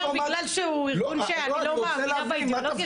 בגלל שהוא ארגון שאני לא מאמינה באידיאולוגיה שלו?